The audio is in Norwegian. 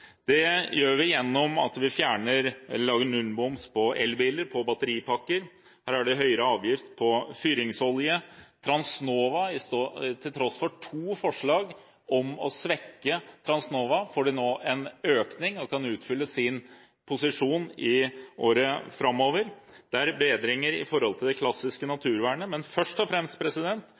Det gjør vi gjennom å lage nullmoms på elbiler og batteripakker. Det er høyere avgift på fyringsolje. Transnova får nå en økning i tilskudd – til tross for to forslag om å svekke Transnova – og kan utfylle sin posisjon i året som kommer. Det er bedringer når det gjelder det klassiske naturvernet, men først og fremst